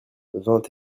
vingt